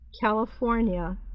California